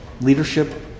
Leadership